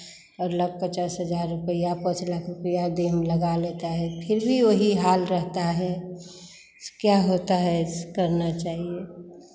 और लाख पचास हज़ार रुपैया पाँच लाख रुपैया देह में लगा लेता है फिर भी वही हाल रहता है से क्या होता है ऐसे करना चाहिए